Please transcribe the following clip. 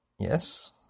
Yes